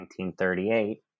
1938